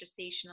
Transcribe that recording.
gestational